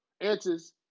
answers